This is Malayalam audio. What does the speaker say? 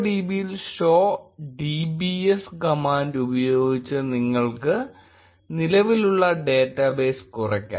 MongoDBയിൽ show dbs കമാൻഡ് ഉപയോഗിച്ച് നിങ്ങൾക്ക് നിലവിലുള്ള ഡേറ്റബേസ് കുറയ്ക്കാം